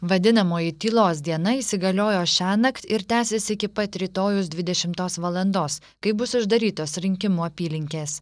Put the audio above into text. vadinamoji tylos diena įsigaliojo šiąnakt ir tęsis iki pat rytojaus dvidešimos valandos kai bus uždarytos rinkimų apylinkės